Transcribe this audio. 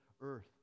earth